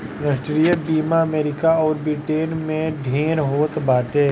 राष्ट्रीय बीमा अमरीका अउर ब्रिटेन में ढेर होत बाटे